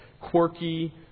quirky